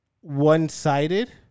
one-sided